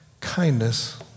kindness